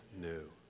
new